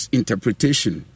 interpretation